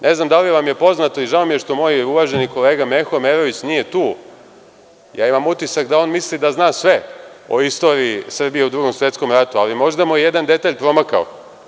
Ne znam da li vam je poznato i žao mi je što moj uvaženi kolega Meho Omerović nije tu, ja imam utisak da on misli da zna sve o istoriji Srbije u Drugom svetskom ratu, ali možda mu je jedan detalj promakao.